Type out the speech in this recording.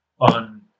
on